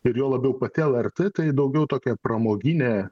ir juo labiau pati lrt tai daugiau tokia pramoginė